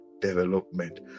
development